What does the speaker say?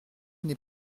n’est